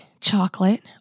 chocolate